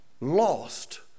lost